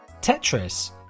Tetris